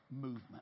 movement